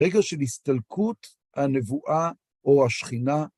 רגע של הסתלקות הנבואה או השכינה.